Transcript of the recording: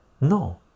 No